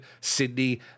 Sydney